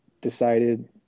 decided